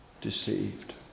deceived